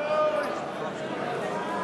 הצעה לסדר-היום